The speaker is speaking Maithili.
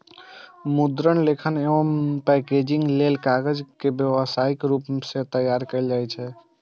मुद्रण, लेखन एवं पैकेजिंग लेल कागज के व्यावसायिक रूप सं तैयार कैल जाइ छै